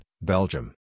Belgium